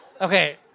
Okay